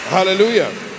Hallelujah